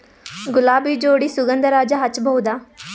ಗುಲಾಬಿ ಜೋಡಿ ಸುಗಂಧರಾಜ ಹಚ್ಬಬಹುದ?